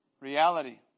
reality